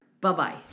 Bye-bye